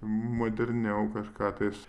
moderniau kažką tais